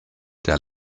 der